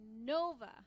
nova